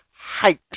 Height